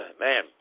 man